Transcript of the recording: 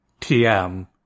TM